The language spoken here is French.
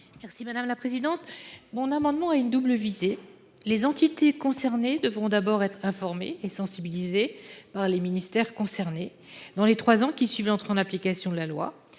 Morin Desailly. Cet amendement a une double visée. Premièrement, les entités concernées devront d’abord être informées et sensibilisées par les ministères concernés dans les trois ans qui suivent l’entrée en application de la loi.